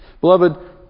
Beloved